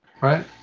Right